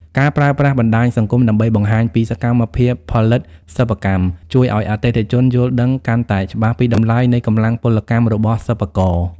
ការប្រើប្រាស់បណ្ដាញសង្គមដើម្បីបង្ហាញពីសកម្មភាពផលិតសិប្បកម្ម ជួយឱ្យអតិថិជនយល់ដឹងកាន់តែច្បាស់ពីតម្លៃនៃកម្លាំងពលកម្មរបស់សិប្បករ។